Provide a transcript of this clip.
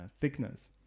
thickness